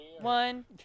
one